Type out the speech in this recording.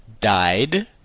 died